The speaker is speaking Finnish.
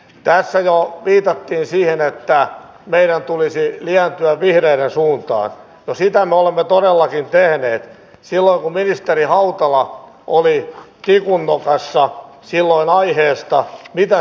kai me nyt haluamme kannustaa sekä maahanmuuttajia että suomalaisia siihen että pääsee osallistumaan yhteiskuntaan ja kantaa kortensa kekoon tämän maan eteen